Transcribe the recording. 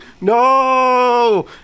no